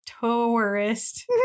Tourist